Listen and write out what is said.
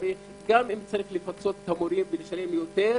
גם אם צריך לפצות את המורים ולשלם יותר,